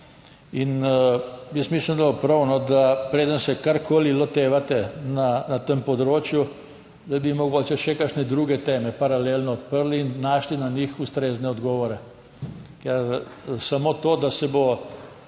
In jaz mislim, da bo prav, da preden se karkoli lotevate na tem področju, da bi mogoče še kakšne druge teme paralelno odprli in našli na njih ustrezne odgovore. Ker samo to, da se bo